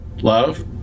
love